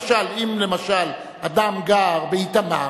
למשל, אם למשל אדם גר באיתמר,